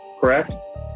correct